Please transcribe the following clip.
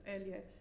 earlier